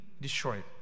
destroyed